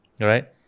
right